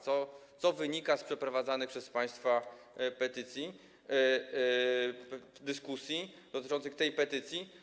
Co wynika z przeprowadzanych przez państwa dyskusji dotyczących tej petycji?